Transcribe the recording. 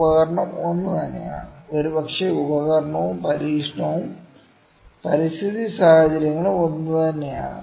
ഉപകരണം ഒന്നുതന്നെയാണ് ഒരുപക്ഷേ ഉപകരണവും പരീക്ഷണവും പരിസ്ഥിതി സാഹചര്യങ്ങളും ഒന്നുതന്നെയാണ്